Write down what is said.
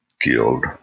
killed